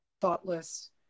thoughtless